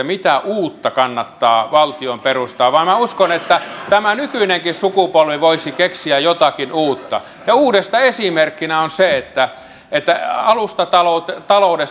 mitä uutta kannattaa valtion perustaa vaan minä uskon että tämä nykyinenkin sukupolvi voisi keksiä jotakin uutta ja uudesta esimerkkinä on se että että alustataloudessa